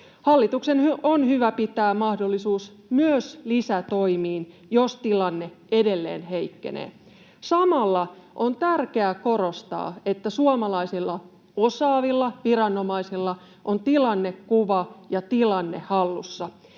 Hallituksen on hyvä pitää mahdollisuus myös lisätoimiin, jos tilanne edelleen heikkenee. Samalla on tärkeää korostaa, että suomalaisilla osaavilla viranomaisilla on tilannekuva ja tilanne hallussa.